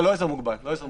לא אזור מוגבל.